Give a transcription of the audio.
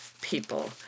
people